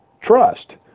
Trust